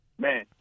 man